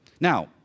Now